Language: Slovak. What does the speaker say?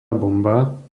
bomba